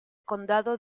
condado